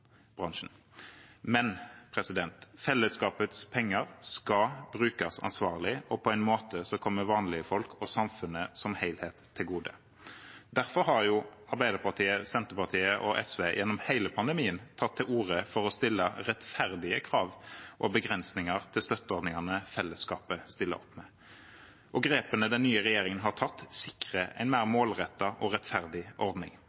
Fellesskapets penger skal brukes ansvarlig og på en måte som kommer vanlige folk og samfunnet som helhet til gode. Derfor har Arbeiderpartiet, Senterpartiet og SV gjennom hele pandemien tatt til orde for å stille rettferdige krav og begrensninger for støtteordningene fellesskapet stiller opp med. Grepene den nye regjeringen har tatt, sikrer en mer målrettet og rettferdig ordning.